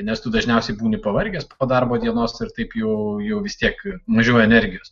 nes tu dažniausiai būni pavargęs po darbo dienos ir taip jau jau vis tiek mažiau energijos